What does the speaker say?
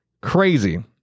Crazy